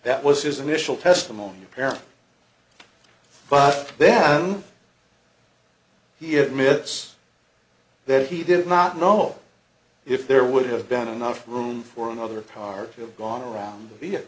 that was his initial testimony apparently but then he admits that he did not know if there would have been enough room for another power to have gone around via